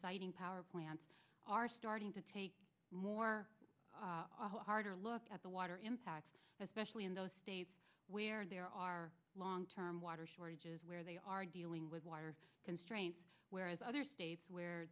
siting power plants are starting to take more harder look at the water impact especially in those states where there are long term water shortages where they are dealing with wire constraints whereas other states where